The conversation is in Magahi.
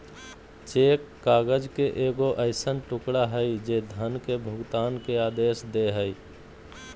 चेक काग़ज़ के एगो ऐसन टुकड़ा हइ जे धन के भुगतान के आदेश दे हइ